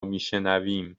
میشنویم